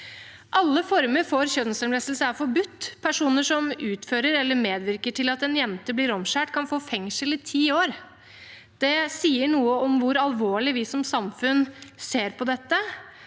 Alle former for kjønnslemlestelse er forbudt. Personer som utfører eller medvirker til at en jente blir omskåret, kan få fengsel i ti år. Det sier noe om hvor alvorlig vi som samfunn ser på dette